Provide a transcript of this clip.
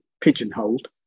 pigeonholed